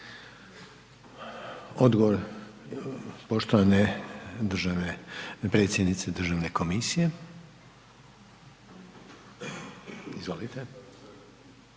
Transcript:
Odgovor poštovane državne, predsjednice državne komisije, izvolite.